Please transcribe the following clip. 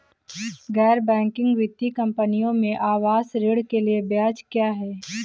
गैर बैंकिंग वित्तीय कंपनियों में आवास ऋण के लिए ब्याज क्या है?